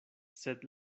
sed